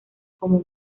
como